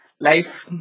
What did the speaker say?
life